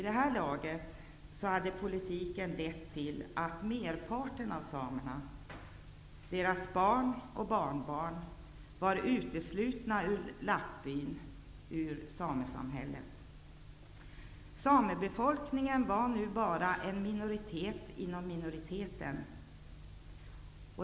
Utvecklingen av politiken ledde till att merparten av samerna, deras barn och barnbarn uteslöts ur lappbyn, ur samesamhället. Samebefolkningen var nu bara en minoritet inom minoriteten.